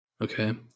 Okay